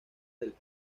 del